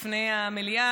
של חברת הכנסת עליזה לביא,